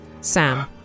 Sam